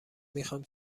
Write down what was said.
میخوام